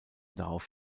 darauf